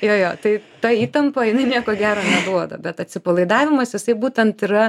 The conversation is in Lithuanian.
jo jo tai ta įtampa jinai nieko gero duoda bet atsipalaidavimas jisai būtent yra